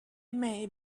may